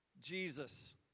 Jesus